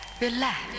Relax